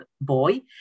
boy